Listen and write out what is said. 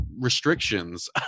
restrictions